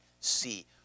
see